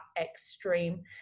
extreme